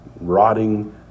rotting